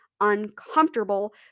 uncomfortable